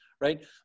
right